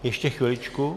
Ještě chviličku.